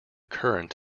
current